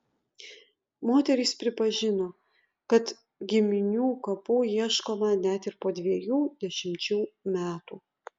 moteris pripažino kad giminių kapų ieškoma net ir po dviejų dešimčių metų